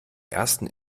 ersten